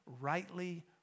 rightly